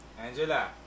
Angela